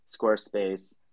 Squarespace